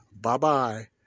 Bye-bye